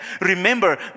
remember